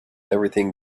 everything